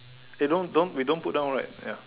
eh don't don't we don't put down right ya